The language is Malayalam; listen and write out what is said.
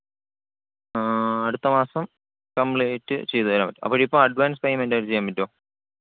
ആ അടുത്ത മാസം കംപ്ലീറ്റ് ചെയ്തു തരാൻ പറ്റും അപ്പോഴിപ്പം അഡ്വാൻസ് പേയ്മെൻ്റ് ചെയ്തു തരാൻ പറ്റുമോ